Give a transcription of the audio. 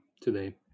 today